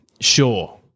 sure